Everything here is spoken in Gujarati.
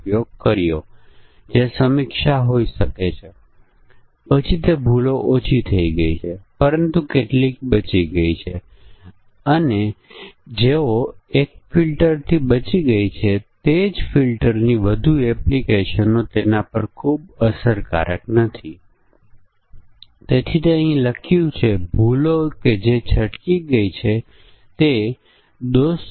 ઉદાહરણ તરીકે જો ટેક્સ્ટ ફોન્ટ મુખ્ય છે અને ફોન્ટ શૈલી નિયમિત અથવા બોલ્ડ છે અને પછી કદ 38 છે અને પછી ફોન્ટનો રંગ લાલ છે અને પછી સુપરસ્ક્રિપ્ટ છે અને બધા કેપ્સ છે અહી આપણે એક સમસ્યા છે